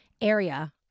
area